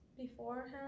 beforehand